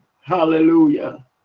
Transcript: Hallelujah